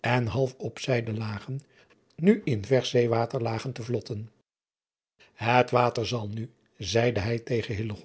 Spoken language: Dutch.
en half op zijde lagen nu in versch zeewater lagen te vlotten et water zal nu zeide hij tegen